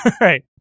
Right